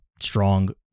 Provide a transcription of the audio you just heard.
strong